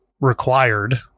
required